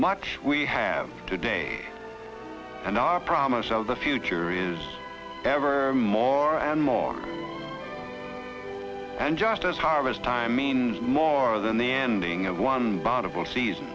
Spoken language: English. much we have today and our promise of the future is ever more and more and just as harvest time means more than the ending of one